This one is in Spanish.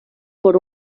por